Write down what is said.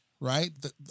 right